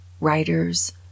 writers